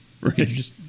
Right